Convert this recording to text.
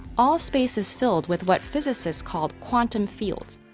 all space is filled with what physicists call quantum fields.